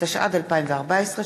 התשע"ד 2014,